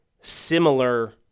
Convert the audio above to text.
similar